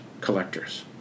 collectors